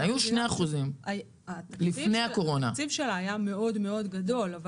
לפני הקורונה היו 2%. התקציב שלה היה מאוד גדול אבל